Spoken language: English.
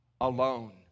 alone